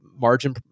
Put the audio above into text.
margin